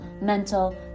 mental